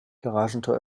garagentor